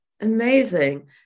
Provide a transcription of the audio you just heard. Amazing